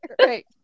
Right